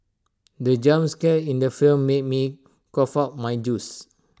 the jump scare in the film made me cough out my juice